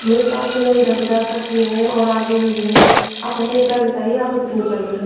मेरे पास तो मैम दस हज़ार तक की हैं और आगे भी हैं आप अपनी प्राइज़ बताइए आपको कितने का चाहिए